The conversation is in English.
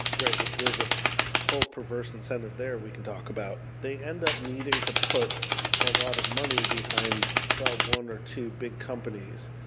great, which there's ah whole perverse incentive there we can talk about. they end up needing to put a lot of money behind the one or two big companies,